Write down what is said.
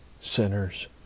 sinners